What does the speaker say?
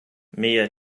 mia